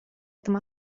этом